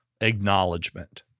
acknowledgement